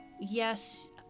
yes